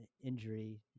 injury